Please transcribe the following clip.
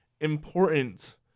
important